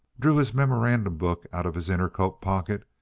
drew his memorandum book out of his inner coat pocket,